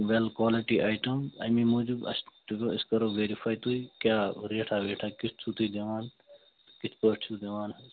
well quality item أمی موجوٗب اَسہِ دۄپو أسۍ کَرَو وٮ۪رِفٲے تُہۍ کیٛاہ ریٹھا ویٹھا چھُو تُہۍ دِوان کِتھ پٲٹھۍ چھُو دِوان حظ